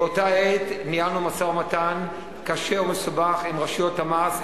באותה עת ניהלנו משא-ומתן קשה ומסובך עם רשויות המס,